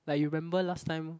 like you remember last time